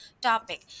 topic